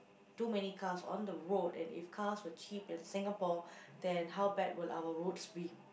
too many cars on the road and if cars was cheap in Singapore then how bad would our roads be